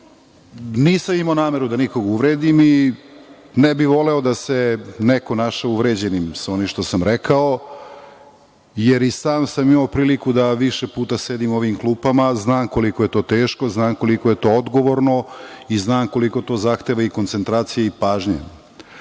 Nisam imao nameru da nikog uvredim i ne bih voleo da se neko našao uvređenim sa onim što sam rekao, jer i sam sam imao priliku da više puta sedim u ovim klupama, znam koliko je to teško, znam koliko je to odgovorno i znam koliko to zahteva i koncentracije i